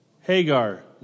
Hagar